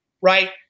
Right